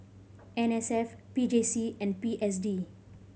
N S F P J C and P S D